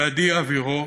עדי אוירו